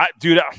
Dude